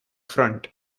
front